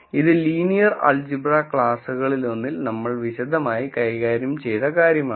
അതിനാൽ ഇത് linear algebra ക്ലാസുകളിലൊന്നിൽ നമ്മൾ വിശദമായി കൈകാര്യം ചെയ്ത കാര്യമാണ്